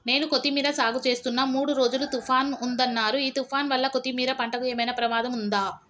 నేను కొత్తిమీర సాగుచేస్తున్న మూడు రోజులు తుఫాన్ ఉందన్నరు ఈ తుఫాన్ వల్ల కొత్తిమీర పంటకు ఏమైనా ప్రమాదం ఉందా?